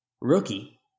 Rookie